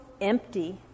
empty